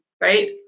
right